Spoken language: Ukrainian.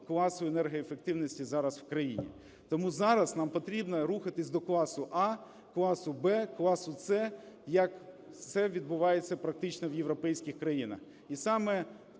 класу енергоефективності зараз в країні. Тому зараз нам потрібно рухатися до класу А, класу В, класу С, як це відбувається практично в європейських країнах.